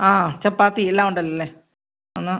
ആ ചപ്പാത്തി എല്ലാം ഉണ്ടല്ലോല്ലേ ഒന്ന്